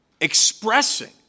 expressing